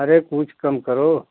अरे कुछ कम करो